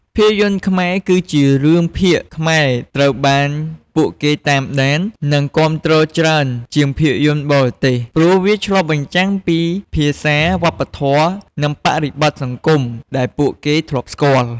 ភាពយន្តខ្មែរ ឬរឿងភាគខ្មែរត្រូវបានពួកគេតាមដាន និងគាំទ្រច្រើនជាងភាពយន្តបរទេស ព្រោះវាឆ្លុះបញ្ចាំងពីភាសា វប្បធម៌ និងបរិបទសង្គមដែលពួកគេធ្លាប់ស្គាល់។